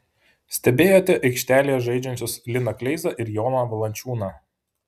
stebėjote aikštėje žaidžiančius liną kleizą ir joną valančiūną